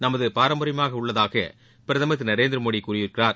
நமது பாரம்பரியமாக உள்ளதாக பிரதமர் திரு நரேந்திர மோடி கூறியிருக்கிறார்